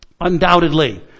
undoubtedly